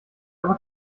aber